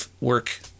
work